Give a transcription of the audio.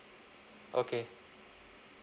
okay